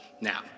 now